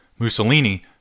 Mussolini